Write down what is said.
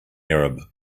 arab